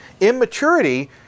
Immaturity